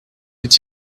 did